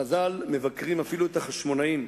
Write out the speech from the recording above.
חז"ל מבקרים אפילו את החשמונאים,